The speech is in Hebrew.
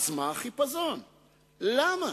אמרתי, למה